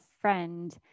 friend